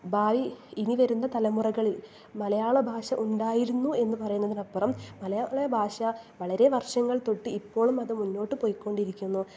ഭാവി ഇനി വരുന്ന തലമുറകളിൽ മലയാള ഭാഷ ഉണ്ടായിരുന്നു എന്ന് പറയുന്നതിനപ്പുറം മലയാള ഭാഷ വളരെ വർഷങ്ങൾ തൊട്ട് ഇപ്പോഴും അത് മുൻപോട്ട് പോയിക്കൊണ്ടിരിക്കുന്നു